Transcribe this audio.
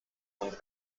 und